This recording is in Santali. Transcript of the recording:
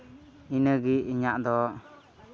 ᱤᱱᱟᱹᱜᱮ ᱤᱧᱟᱹᱜ ᱫᱚ